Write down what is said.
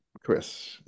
Chris